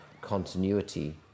continuity